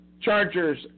Chargers